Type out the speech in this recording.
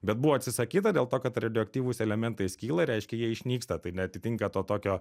bet buvo atsisakyta dėl to kad radioaktyvūs elementai skyla reiškia jie išnyksta tai neatitinka to tokio